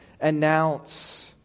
announce